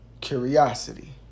curiosity